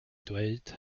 dweud